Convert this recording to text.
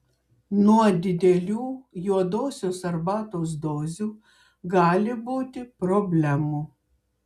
nuo didelių juodosios arbatos dozių gali būti problemų